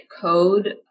code